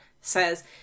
says